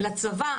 לצבא,